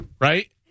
Right